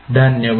धन्यवाद